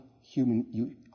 human